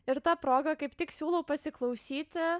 ir ta proga kaip tik siūlau pasiklausyti